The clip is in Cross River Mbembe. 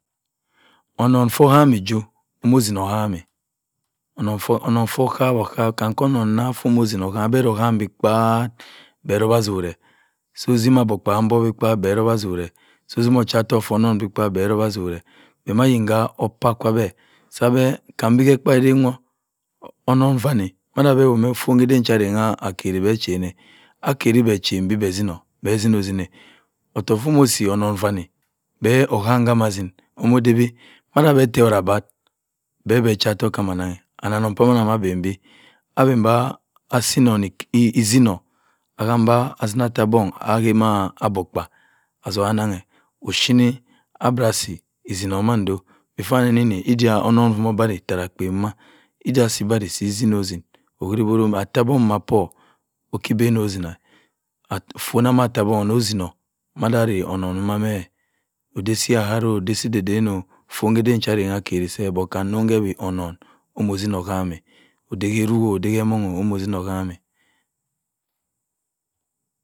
Onon-fu kwamo-kwo mosena. oham, onon-fu okwa-okwa kam onon negha fu gbah beh rowa toreh, so mbok mboh, se otima ocha-ottok fu ononbeh arowa atoreh. beh ma yen keh opeh kwa beh, kebi-ke epe-wa ruru wo. onen fane ofun ke osi kwa asen akeri beh echin. akere beh echim beh ma edi inon, beh mah atin-otina, ottok fu-odesi pera onon fane anong ka odetin odebe mmu beh anong ka odetin odebe mmu. okwa-ottok kama-anang and anong pah mina mma gbin bi akam beh isi inon etino okambe asi ata bona ake ma abok kpa atok anaghe, oshine abera asi oteno mando. before ani-ni ode onon fu obera otara akpen okwiri beh atabona mbo pu kebeh otina. afuna ye atabona otinu marare onong fu mareh, odisi aro odesidadeno, ofu ka eden cha asang akere se but kam nsogbeh onong mmo-otimu. Okameh odeh ke eruk oden kd emongh mmotima kwam-eh